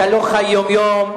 אתה לא חי יום-יום.